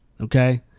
Okay